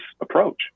approach